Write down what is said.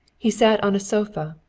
he sat on a sofa,